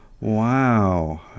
Wow